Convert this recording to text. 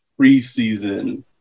preseason